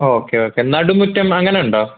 okay okay നടുമുറ്റം അങ്ങനെ ഉണ്ടോ